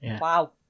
Wow